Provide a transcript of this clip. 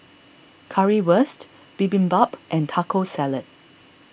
Currywurst Bibimbap and Taco Salad